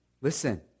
listen